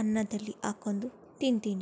ಅನ್ನದಲ್ಲಿ ಹಾಕೊಂಡು ತಿಂತೀನಿ